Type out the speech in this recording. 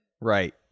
Right